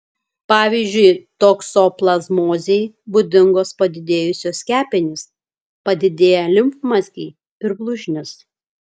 pavyzdžiui toksoplazmozei būdingos padidėjusios kepenys padidėję limfmazgiai ir blužnis